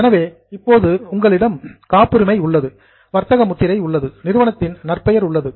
எனவே இப்போது உங்களிடம் பேட்டண்ட் காப்புரிமை உள்ளது டிரேட்மார்க் வர்த்தக முத்திரை உள்ளது நிறுவனத்தின் நற்பெயர் உள்ளது